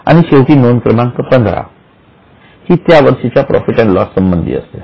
आणि शेवटी नोंद क्रमांक 15 हि त्या वर्षाच्या प्रॉफिट अँड लॉस संबंधी असते